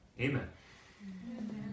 Amen